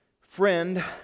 Friend